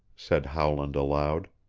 said howland aloud.